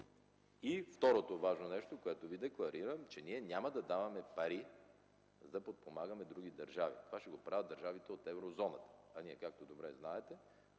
И второто важно нещо, което декларирам – ние няма да даваме пари да подпомагаме други държави. Това ще правят държавите от Еврозоната, а ние, както добре знаете,